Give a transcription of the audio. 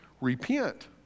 repent